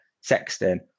sexton